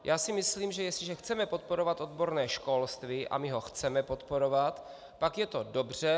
Já si myslím, že jestliže chceme podporovat odborné školství, a my ho chceme podporovat, pak je to dobře.